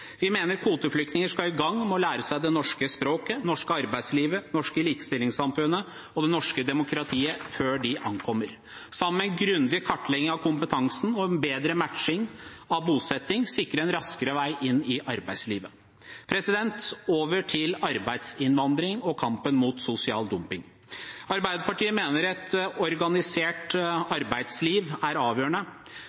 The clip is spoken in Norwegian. Vi mener kvoteflyktninger skal i gang med å lære seg det norske språket, det norske arbeidslivet, det norske likestillingssamfunnet og det norske demokratiet før de ankommer. Sammen med en grundig kartlegging av kompetansen og en bedre matching av bosetting vil det sikre en raskere vei inn i arbeidslivet. Over til arbeidsinnvandring og kampen mot sosial dumping: Arbeiderpartiet mener et organisert